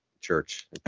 church